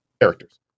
characters